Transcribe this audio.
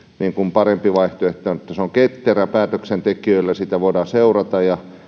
parempi vaihtoehto että se on ketterä päätöksentekijöille sitä voidaan seurata ja